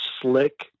slick